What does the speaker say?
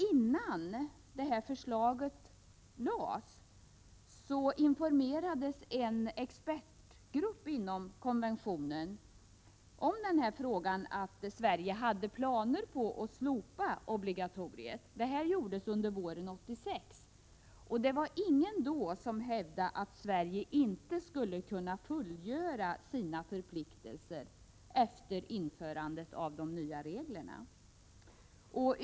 Innan vårt förslag framlades informerade en expertgrupp inom konventionen om att Sverige hade planer på att slopa obligatoriet. Det skedde våren 1986, och ingen hävdade då att Sverige inte skulle kunna fullgöra sina förpliktelser efter införandet av de nya reglerna.